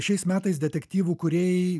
šiais metais detektyvų kūrėjai